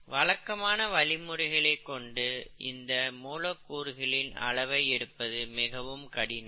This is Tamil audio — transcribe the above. வழக்கமான வழிமுறைகளை கொண்டு இந்த மூலக்கூறுகளின் ஆளவை எடுப்பது மிகவும் கடினம்